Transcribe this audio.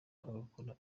agakora